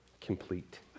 complete